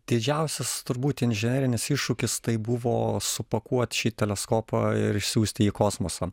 didžiausias turbūt inžinerinis iššūkis tai buvo supakuot šį teleskopą ir išsiųst jį į kosmosą